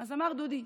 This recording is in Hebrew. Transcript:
דודי.